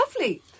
Lovely